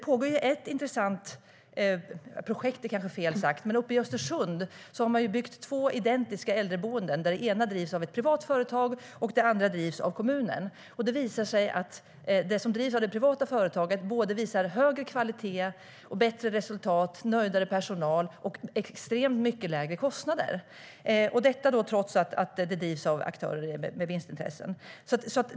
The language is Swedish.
I Östersund har man byggt två identiska äldreboenden. Det ena drivs av ett privat företag och det andra av kommunen. Det har visat sig att det som drivs av det privata företaget har högre kvalitet, bättre resultat, nöjdare personal och extremt mycket lägre kostnader - detta trots att det drivs av aktörer med vinstintressen.